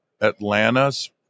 Atlanta's